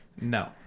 No